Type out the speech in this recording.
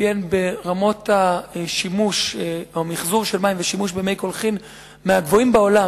מתאפיין ברמות המיחזור של מים והשימוש במי קולחין מהגבוהים בעולם,